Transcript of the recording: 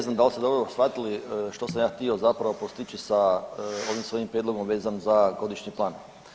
Ne znam da li ste dobro shvatili što sam ja htio zapravo postići sa ovim svojim prijedlogom vezan za godišnji plan.